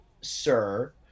sir